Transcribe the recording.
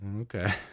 Okay